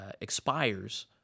expires